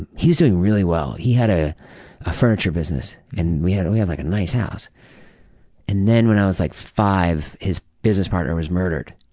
and he was doing really well, he had ah a furniture business and we had we had like a nice house and then when i was like five, his business partner was murdered.